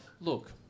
look